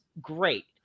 great